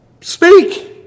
speak